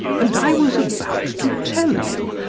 and i was about to tell you,